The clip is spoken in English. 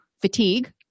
fatigue